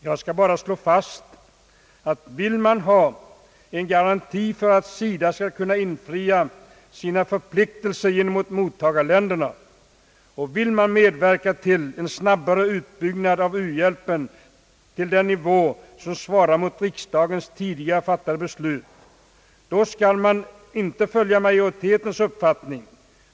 Jag skall bara slå fast att vill man ha en garanti för att SIDA skall kunna infria sina förpliktelser gentemot mottagarländerna, och vill man medverka till en snabbare uppbyggnad av u-hjälpen till den nivå som svarar mot riksdagens tidigare fattade beslut skall man inte följa majoritetens uppfattning.